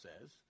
says